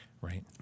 Right